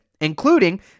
including